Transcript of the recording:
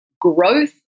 growth